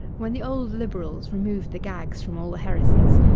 when the old liberals removed the gags from all the heresies,